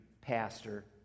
pastor